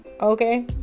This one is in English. Okay